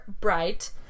Bright